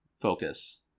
focus